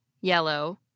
yellow